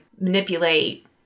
manipulate